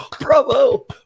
bravo